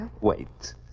Wait